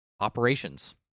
operations